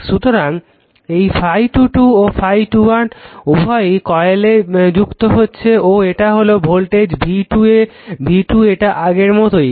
সুতরাং এই ∅22 ও ∅21 উভয়ই কয়েলে যুক্ত হচ্ছে ও এটা হলো ভোল্টেজ v2 এটা আগের মতোই